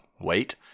wait